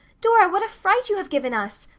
dora, what a fright you have given us!